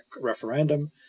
referendum